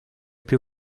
più